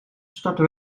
starten